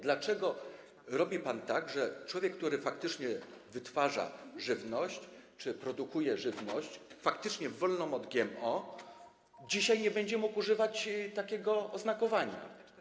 Dlaczego robi pan tak, że człowiek, który faktycznie wytwarza żywność czy produkuje żywność faktycznie wolną od GMO, dzisiaj nie będzie mógł używać takiego oznakowania?